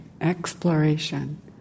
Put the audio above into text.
Exploration